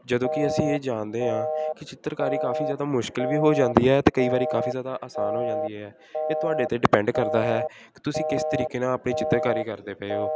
ਜਦੋਂ ਕਿ ਅਸੀਂ ਇਹ ਜਾਣਦੇ ਹਾਂ ਕਿ ਚਿੱਤਰਕਾਰੀ ਕਾਫੀ ਜ਼ਿਆਦਾ ਮੁਸ਼ਕਿਲ ਵੀ ਹੋ ਜਾਂਦੀ ਹੈ ਅਤੇ ਕਈ ਵਾਰੀ ਕਾਫੀ ਜ਼ਿਆਦਾ ਆਸਾਨ ਹੋ ਜਾਂਦੀ ਹੈ ਇਹ ਤੁਹਾਡੇ 'ਤੇ ਡਿਪੈਂਡ ਕਰਦਾ ਹੈ ਕਿ ਤੁਸੀਂ ਕਿਸ ਤਰੀਕੇ ਨਾਲ ਆਪਣੀ ਚਿੱਤਰਕਾਰੀ ਕਰਦੇ ਪਏ ਹੋ